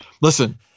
listen